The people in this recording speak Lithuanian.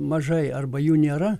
mažai arba jų nėra